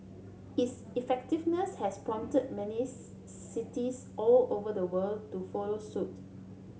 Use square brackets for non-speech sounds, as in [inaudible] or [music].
its effectiveness has prompted many [unintelligible] cities all over the world to follow suit